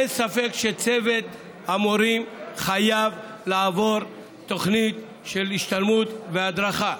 אין ספק שצוות המורים חייב לעבור תוכנית של השתלמות והדרכה.